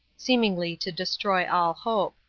seemingly to destroy all hope.